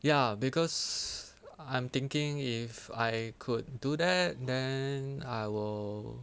ya because I'm thinking if I could do that then I will